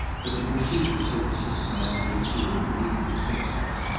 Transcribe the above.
but to pursue the search systematically he would have needed a pickaxe,